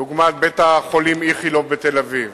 דוגמת בית-החולים "איכילוב" בתל-אביב